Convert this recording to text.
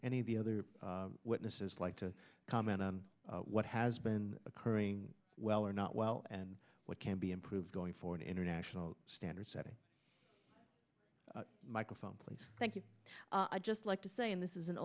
any of the other witnesses like to comment on what has been occurring well or not well and what can be improved going for an international standard setting microphone place thank you i just like to say and this is an